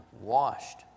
washed